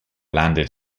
landed